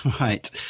Right